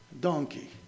donkey